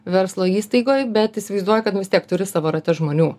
verslo įstaigoj bet įsivaizduoju kad nu vis tiek turi savo rate žmonių